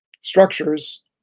structures